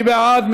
מי בעד?